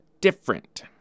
different